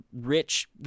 rich